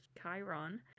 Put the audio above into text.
chiron